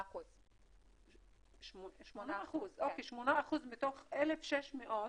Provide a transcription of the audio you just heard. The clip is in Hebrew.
8%. אוקיי, 8% מתוך 1,600?